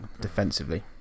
defensively